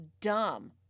dumb